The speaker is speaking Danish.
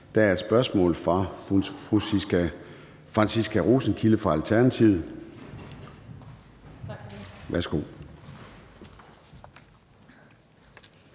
Der er et spørgsmål fra fru Franciska Rosenkilde fra Alternativet.